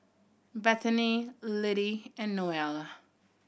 Bethany Littie and Noelle